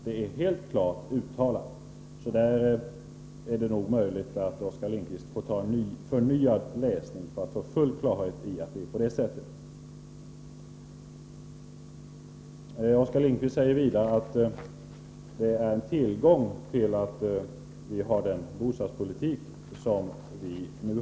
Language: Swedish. Det är helt klart uttalat. Det är möjligt att Oskar Lindkvist får läsa detta på nytt för att få full klarhet i att det förhåller sig på detta sätt. Oskar Lindkvist säger vidare att moderaternas bostadspolitik är en tillgång.